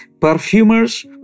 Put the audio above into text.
perfumers